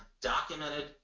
documented